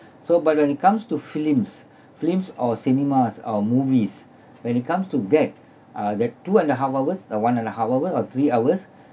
so but when it comes to films films or cinemas or movies when it comes to that uh that two and a half hours a one and a half hour or three hours